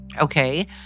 Okay